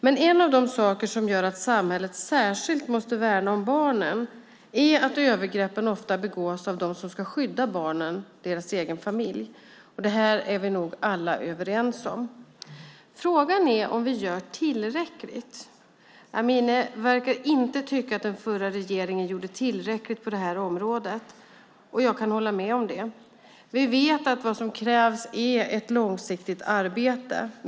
Men en av de saker som gör att samhället särskilt måste värna om barnen är att övergreppen ofta begås av dem som ska skydda barnen, barnens egen familj. Det är vi nog alla överens om. Frågan är om vi gör tillräckligt. Amineh Kakabaveh verkar inte tycka att den förra regeringen gjorde tillräckligt på det här området. Jag kan hålla med om det. Vi vet att vad som krävs är ett långsiktigt arbete.